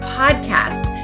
podcast